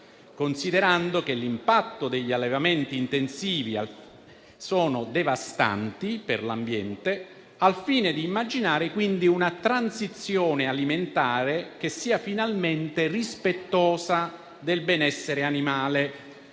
considerando che l'impatto degli allevamenti intensivi sono devastanti per l'ambiente, al fine di immaginare una transizione alimentare che sia finalmente rispettosa del benessere animale.